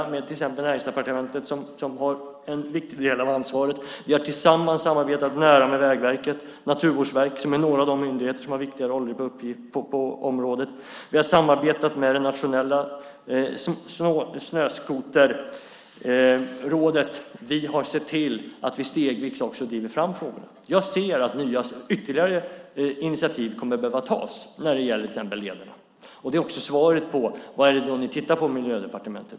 Det gäller till exempel Näringsdepartementet, som har en viktig del av ansvaret. Vi har tillsammans samarbetat nära med Vägverket och Naturvårdsverket som är några av de myndigheter som har viktiga roller på området. Vi har samarbetat med det nationella snöskoterrådet. Vi har sett till att vi stegvis också driver fram frågorna. Jag ser att ytterligare initiativ kommer att behöva tas när det gäller till exempel lederna. Det är också svaret på frågan: Vad är det ni tittar på i Miljödepartementet?